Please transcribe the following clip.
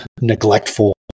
neglectful